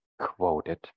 quoted